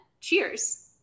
cheers